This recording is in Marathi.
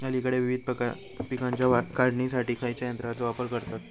अलीकडे विविध पीकांच्या काढणीसाठी खयाच्या यंत्राचो वापर करतत?